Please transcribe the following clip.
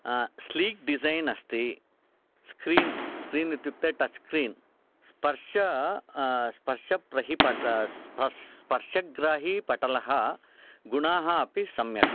sleek design अस्ति screen screen इत्युक्ते touch screen स्पर्श स्पर्शप्रहिपट स्पर्शग्राहीपटलः गुणाः अपि सम्यक्